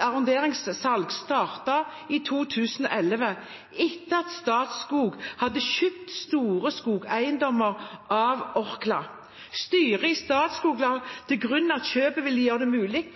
arronderingssalg startet i 2011, etter at Statskog hadde kjøpt store skogeiendommer av Orkla. Styret i Statskog la til grunn at kjøpet ville gjøre det mulig